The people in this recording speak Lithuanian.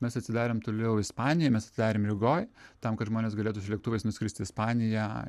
mes atsidarėm toliau ispanijoj mes atsidarėm rygoj tam kad žmonės galėtų su lėktuvais nuskristi į ispaniją